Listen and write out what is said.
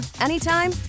anytime